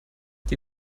die